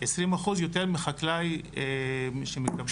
20% יותר מחקלאי שמקבל.